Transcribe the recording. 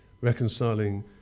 reconciling